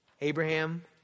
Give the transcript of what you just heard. Abraham